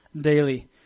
daily